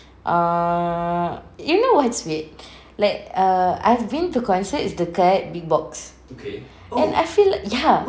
err you know what's weird like err I've been to concerts dekat big box and I feel li~ ya